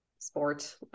sport